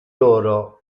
loro